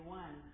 one